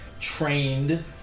trained